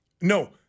No